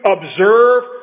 observe